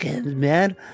man